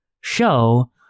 show